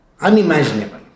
unimaginable